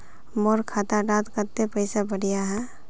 मोर खाता डात कत्ते पैसा बढ़ियाहा?